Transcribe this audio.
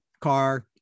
car